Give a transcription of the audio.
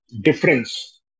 difference